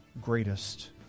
greatest